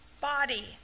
body